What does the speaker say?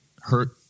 hurt